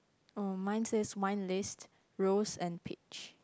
oh mine says wine list rose and peach